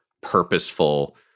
purposeful